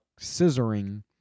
scissoring